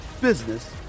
business